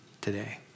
today